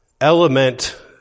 element